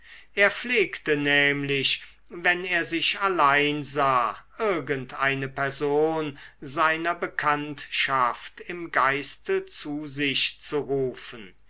er pflegte nämlich wenn er sich allein sah irgend eine person seiner bekanntschaft im geiste zu sich zu rufen